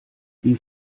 wie